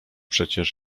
przecież